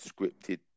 scripted